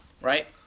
right